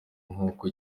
nk’uko